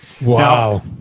Wow